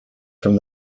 from